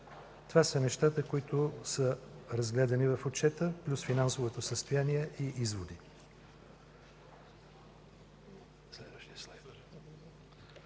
Това са нещата, които са разгледани в Отчета, плюс финансовото състояние и изводи.